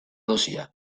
dosia